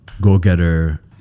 go-getter